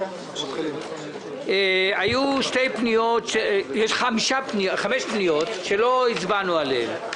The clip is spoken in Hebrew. היו חמש פניות שלא הצבענו עליהן,